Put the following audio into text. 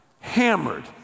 hammered